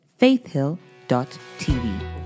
faithhill.tv